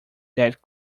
that